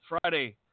Friday